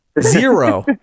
Zero